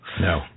No